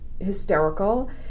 hysterical